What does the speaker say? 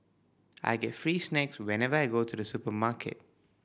I get free snacks whenever I go to the supermarket